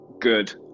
good